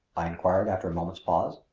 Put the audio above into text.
i inquired after a moment's pause.